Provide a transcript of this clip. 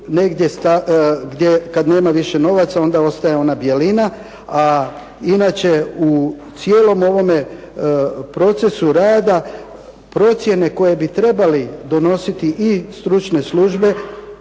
negdje kad nema više novaca onda ostaje ona bjelina, a inače u cijelom ovome procesu rada procjene koje bi trebali donositi i stručne službe